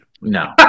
No